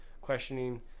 questioning